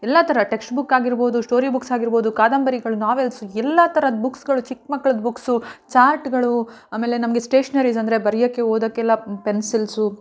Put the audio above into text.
ಎಲ್ಲ ಥರ text book ಆಗಿರ್ಬೋದು ಸ್ಟೋರಿ ಬುಕ್ಸ್ ಆಗಿರ್ಬೋದು ಕಾದಂಬರಿಗಳು ನಾವೆಲ್ಸು ಎಲ್ಲ ಥರದ್ದು ಬುಕ್ಸ್ಗಳು ಚಿಕ್ಕ ಮಕ್ಳದ್ದು ಬುಕ್ಸು ಚಾರ್ಟ್ಗಳು ಆಮೇಲೆ ನಮಗೆ ಸ್ಟೇಷ್ನರೀಸ್ ಅಂದರೆ ಬರೆಯೋಕೆ ಓದೋಕ್ಕೆಲ್ಲ ಪೆನ್ಸಿಲ್ಸು